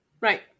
Right